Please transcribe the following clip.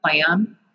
plan